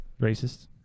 Racist